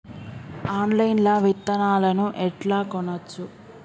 Online లా విత్తనాలను ఎట్లా కొనచ్చు?